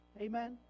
Amen